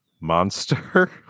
monster